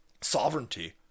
sovereignty